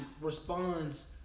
responds